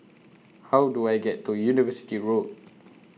How Do I get to University Road